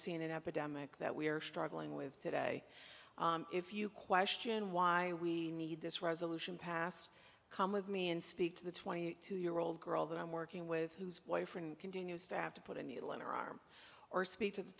seen an epidemic that we are struggling with today if you question why we need this resolution passed come with me and speak to the twenty two year old girl that i'm working with whose boyfriend continues to have to put a needle in her arm or speak to the